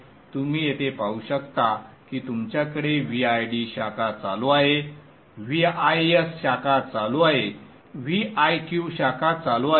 तुम्ही येथे पाहू शकता की तुमच्याकडे Vid शाखा चालू आहे Vis शाखा चालू आहे Viq शाखा चालू आहे